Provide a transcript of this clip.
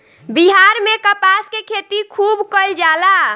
बिहार में कपास के खेती खुब कइल जाला